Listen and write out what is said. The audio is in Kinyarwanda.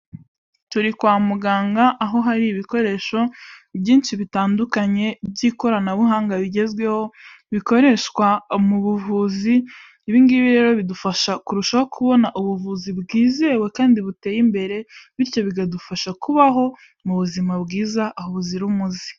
Turi kwa muganga aho hari ibikoresho byinshi bitandukanye by'ikoranabuhanga bigezweho bikoreshwa mu buvuzi ibingibi rero bidufasha kurushaho kubona ubuvuzi bwizewe kandi buteye imbere bityo bi bikadufasha kubaho mu buzima bwiza aho buzira umuze.